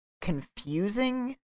confusing